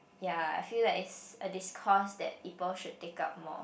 ya I feel like it's a discourse that people should take up more